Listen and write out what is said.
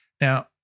Now